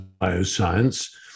bioscience